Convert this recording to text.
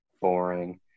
Boring